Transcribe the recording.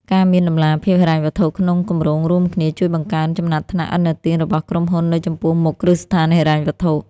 ការមានតម្លាភាពហិរញ្ញវត្ថុក្នុងគម្រោងរួមគ្នា ជួយបង្កើនចំណាត់ថ្នាក់ឥណទានរបស់ក្រុមហ៊ុននៅចំពោះមុខគ្រឹះស្ថានហិរញ្ញវត្ថុ។